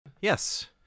Yes